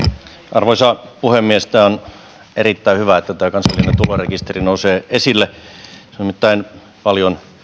arvoisa puhemies on erittäin hyvä että tämä kansallinen tulorekisteri nousee esille se on nimittäin paljon